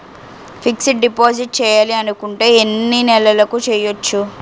Fixed deposit చేయాలి అనుకుంటే ఎన్నే నెలలకు చేయొచ్చు?